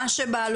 מה שבא לו,